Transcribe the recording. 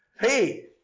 Hey